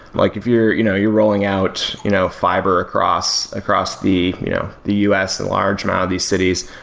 like if you're you know you're rolling out you know fiber across across the you know the us and a large amount of these cities,